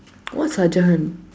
what sergeant